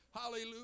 hallelujah